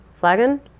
Flagon